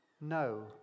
no